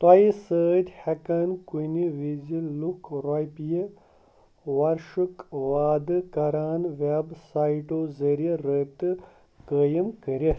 تۄہہِ سۭتۍ ہٮ۪كن كُنہِ وِزِ لُكھ رۄپیہِ ورشُک واعدٕ كران ویب سایٹو ذٔریعہِ رٲبطہٕ قٲیِم كٔرِتھ